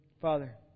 Father